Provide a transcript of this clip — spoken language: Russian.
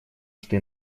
что